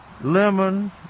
lemon